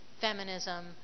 feminism